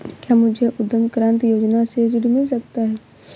क्या मुझे उद्यम क्रांति योजना से ऋण मिल सकता है?